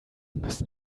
müssen